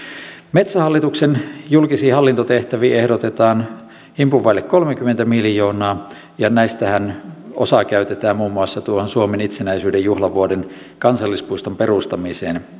metsähallituksen julkisiin hallintotehtäviin ehdotetaan himpun vaille kolmekymmentä miljoonaa ja näistähän osa käytetään muun muassa suomen itsenäisyyden juhlavuoden kansallispuiston perustamiseen